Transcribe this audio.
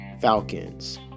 Falcons